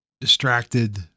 distracted